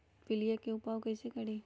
पीलिया के उपाय कई से करी?